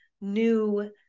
new